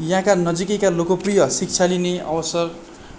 यहाँका नजिकैका लोकप्रिय शिक्षा लिने अवसर